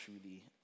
truly